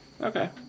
okay